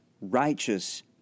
righteous